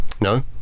No